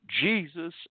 Jesus